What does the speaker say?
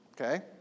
okay